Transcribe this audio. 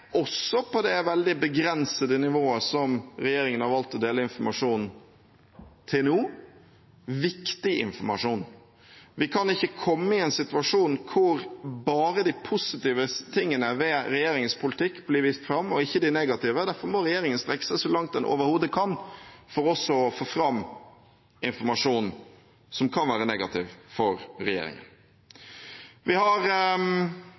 også på det veldig begrensede nivået som regjeringen har valgt å dele informasjon på til nå – viktig informasjon. Vi kan ikke komme i en situasjon hvor bare de positive tingene ved regjeringens politikk blir vist fram, og ikke de negative. Derfor må regjeringen strekke seg så langt den overhodet kan, for også å få fram informasjon som kan være negativ for regjeringen. Vi har